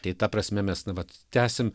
tai ta prasme mes nu vat tęsim